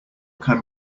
can